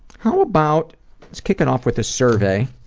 how about let's kick it off with a survey.